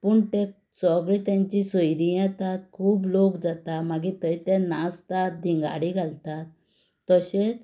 पूण ते सगले तांची सयरीं येता खूब लोक जाता मागीर थंय ते नाचतात धिंगाडी घालतात तशेंत